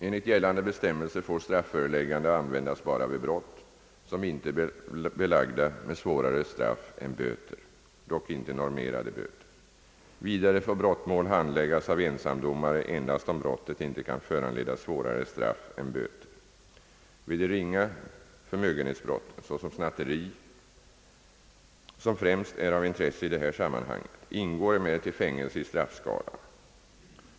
Enligt gällande bestämmelser får strafföreläggande användas bara vid brott som inte är belagda med svårare straff än böter, dock inte normerade böter. Vidare får brottmål handläggas av ensamdomare endast om brottet inte kan föranleda svårare straff än böter. Vid de ringa förmögenhetsbrotten — såsom snatteri, som främst är av intresse i detta sammanhang — ingår emellertid fängelse i straffskalan.